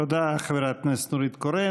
תודה לחברת הכנסת נורית קורן.